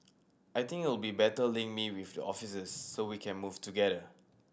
I think it'll better link me with the officers so we can move together